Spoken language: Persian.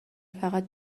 فقط